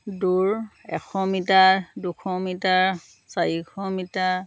দৌৰ এশ মিটাৰ দুশ মিটাৰ চাৰিশ মিটাৰ